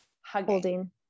hugging